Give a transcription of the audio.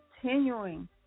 continuing